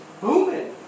booming